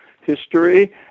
history